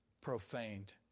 profaned